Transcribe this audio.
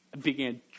began